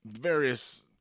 various